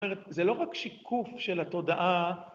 זאת אומרת, זה לא רק שיקוף של התודעה.